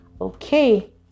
okay